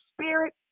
spirit